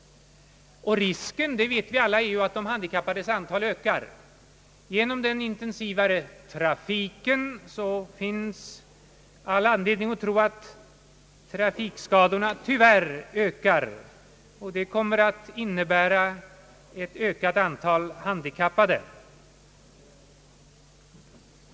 Risken är — det vet vi alla — att de handikappades antal ökar. Genom den intensivare trafiken finns all anledning att tro att trafikskadorna tyvärr kommer att öka, vilket torde innebära ett ökat antal handikappade.